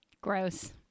Gross